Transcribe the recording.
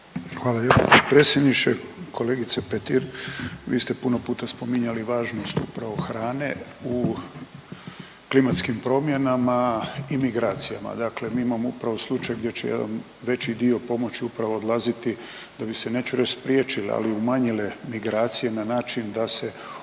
Hvala lijepa potpredsjedniče. Kolegice Petir vi ste puno puta spominjali važnost upravo hrane u klimatskim promjenama i migracijama. Dakle, mi imao upravo slučaj gdje će jedan veći dio pomoći upravo odlaziti da bi se neću reći spriječile ali umanjile migracije na način da se omogući